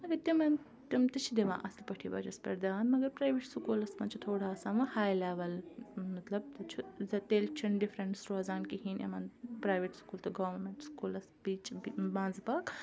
مگر تِمَن تِم تہِ چھِ دِوان اَصٕل پٲٹھی بَچَس پٮ۪ٹھ دھیان مگر پرٛایویٹ سکوٗلَس منٛز چھِ تھوڑا آسان وۄنۍ ہاے لیٚوَل مطلب تِم چھُ تیٚلہِ چھُنہٕ ڈِفرَنٕس روزان کِہیٖنۍ یِمَن پرٛایویٹ سکوٗل تہٕ گورمیٚنٛٹ سکوٗلَس بیٚیہِ چھِ منٛز باگ